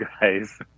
guys